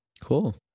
Cool